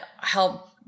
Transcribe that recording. help